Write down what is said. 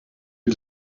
het